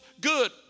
good